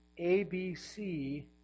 ABC